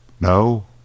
No